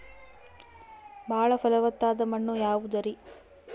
ಬಾಳ ಫಲವತ್ತಾದ ಮಣ್ಣು ಯಾವುದರಿ?